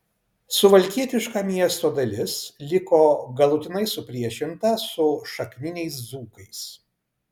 suvalkietiška miesto dalis liko galutinai supriešinta su šakniniais dzūkais